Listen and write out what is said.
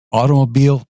automobile